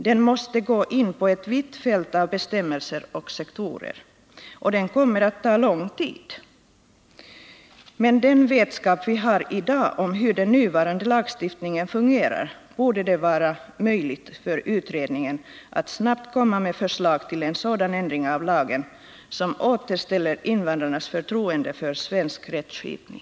Den måste gå in på ett vitt fält av bestämmelser och sektorer, och det kommer att ta lång tid. Med den vetskap vi har i dag om hur den nuvarande lagstiftningen fungerar borde det vara möjligt för utredningen att snabbt komma med ett förslag till en sådan ändring av lagen som återställer invandrarnas förtroende för svensk rättsskipning.